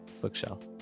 bookshelf